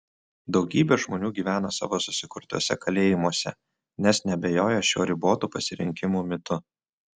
daugybė žmonių gyvena savo susikurtuose kalėjimuose nes neabejoja šiuo ribotų pasirinkimų mitu